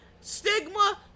stigma